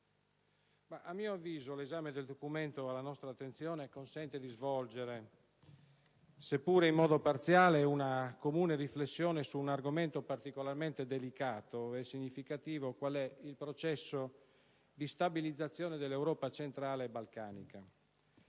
a mio avviso, l'esame del documento alla nostra attenzione consente di svolgere, seppure in modo parziale, una comune riflessione su un argomento particolarmente delicato e significativo qual è il processo di stabilizzazione dell'Europa centrale e balcanica.